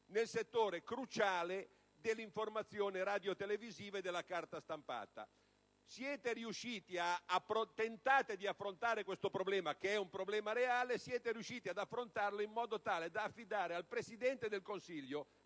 nel settore cruciale dell'informazione radiotelevisiva e della carta stampata. Voi tentate di affrontare questo problema, che è un problema reale, e siete riusciti a farlo in modo tale da affidare al Presidente del Consiglio,